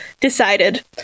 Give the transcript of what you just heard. decided